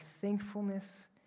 thankfulness